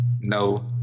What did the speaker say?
no